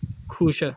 ਖੁਸ਼